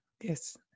Yes